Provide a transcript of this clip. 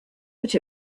but